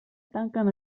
tanquen